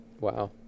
wow